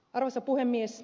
arvoisa puhemies